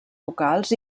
vocals